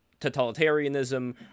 totalitarianism